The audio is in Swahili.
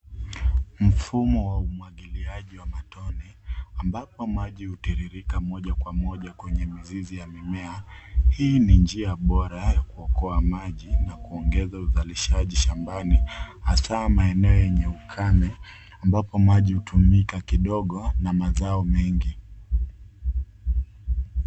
Mfumo wa umwagiliaji wa matone ambapo maji hutiririka moja kwa moja kwenye mizizi ya mimea. Hii ni njia bora ya kuokoa maji na kuongeza uzalishaji shambani, hasa maeneo yenye ukame, ambapo maji hutumika kidogo na mazao mengi.